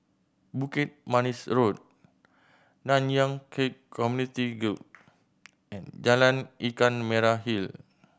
Bukit Manis Road Nanyang Khek Community Guild and Jalan Ikan Merah Hill